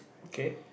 okay